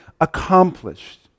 accomplished